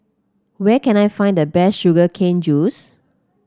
where can I find the best Sugar Cane Juice